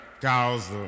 cause